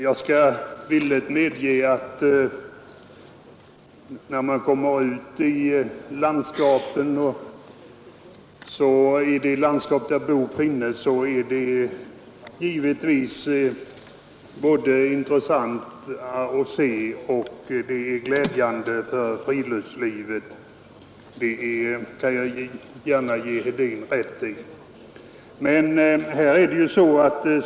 Jag skall villigt medge att det landskap där bok finnes givetvis är både intressant att se och till glädje för friluftslivet.